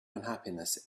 unhappiness